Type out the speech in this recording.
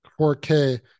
4k